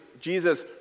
Jesus